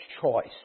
choice